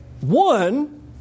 One